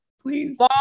Please